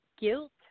guilt